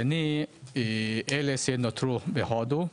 נקודה שנייה, אלה שנותרו בהודו.